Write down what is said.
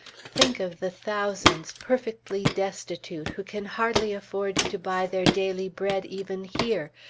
think of the thousands, perfectly destitute, who can hardly afford to buy their daily bread even here,